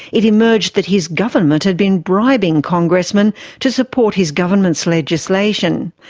it emerged that his government had been bribing congressmen to support his government's legislation.